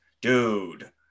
Dude